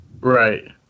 Right